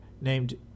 named